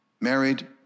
married